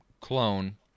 clone